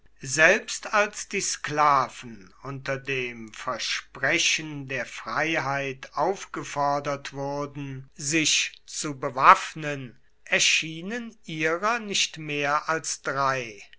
selbst als die sklaven unter dem versprechen der freiheit aufgefordert wurden sich zu bewaffnen erschienen ihrer nicht mehr als drei